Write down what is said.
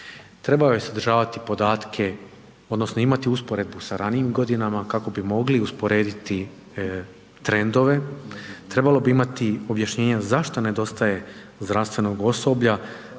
Trebao je sadržavati podatke odnosno imati usporedbu sa ranijim godinama kako bi mogli usporediti trendove, trebalo bi imati objašnjenja zašto nedostaje zdravstvenog osoblja